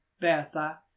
Bertha